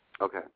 Okay